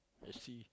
let's see